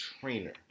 trainer